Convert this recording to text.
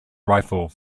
rifle